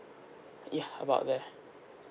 ya about there